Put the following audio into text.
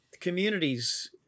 communities